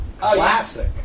classic